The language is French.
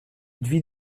vit